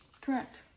Correct